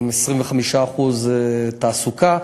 עם 25% תעסוקה.